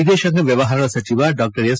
ವಿದೇಶಾಂಗ ವ್ಯವಹಾರಗಳ ಸಚಿವ ಡಾ ಎಸ್